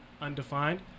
Undefined